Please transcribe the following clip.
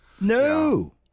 no